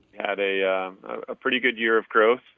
had a ah pretty good year of growth,